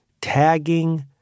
tagging